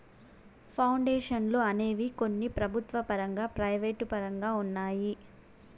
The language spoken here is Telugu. పౌండేషన్లు అనేవి కొన్ని ప్రభుత్వ పరంగా ప్రైవేటు పరంగా ఉన్నాయి